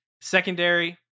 secondary